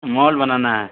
مال بنانا ہے